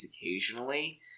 occasionally